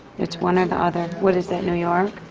it's one or the other. what is that? new york?